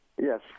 Yes